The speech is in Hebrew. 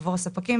עבור הספקים,